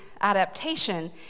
adaptation